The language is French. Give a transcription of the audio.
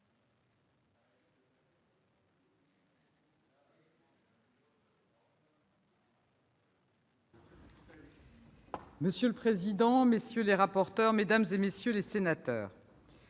Monsieur le président, messieurs les rapporteurs, mesdames, messieurs les sénateurs,